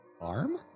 Arm